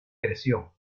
creció